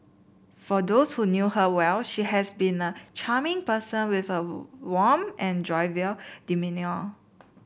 for those who knew her well she has been a charming person with a warm and jovial demeanour